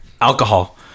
Alcohol